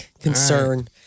concern